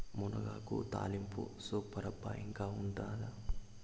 మునగాకు తాలింపు సూపర్ అబ్బా ఇంకా ఉండాదా